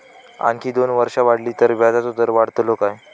आणखी दोन वर्षा वाढली तर व्याजाचो दर वाढतलो काय?